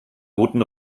guten